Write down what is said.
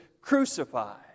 crucified